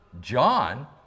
John